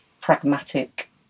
pragmatic